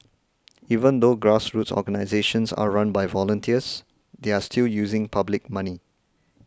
even though grassroots organisations are run by volunteers they are still using public money